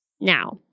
now